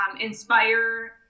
inspire